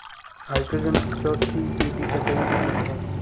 hydrogen चौथी पीढ़ी का जैविक ईंधन है